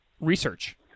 research